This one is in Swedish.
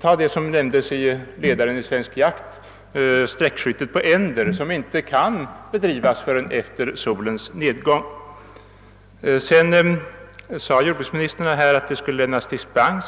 Tag t.ex. det som nämndes i ledaren i Svensk Jakt, sträckjakt på änder, som inte kan bedrivas förrän efter solens nedgång. Jordbruksministern sade vidare att det skall lämnas dispens.